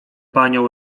panią